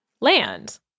land